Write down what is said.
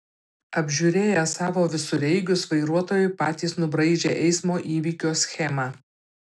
apžiūrėję savo visureigius vairuotojai patys nubraižė eismo įvykio schemą